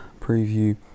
preview